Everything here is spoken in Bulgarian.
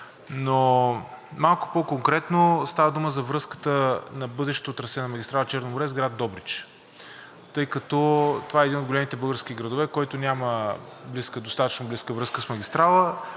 но малко по-конкретно – става дума за връзката на бъдещото трасе на магистрала „Черно море“ с град Добрич, тъй като това е един от големите български градове, който няма достатъчно близка връзка с магистрала.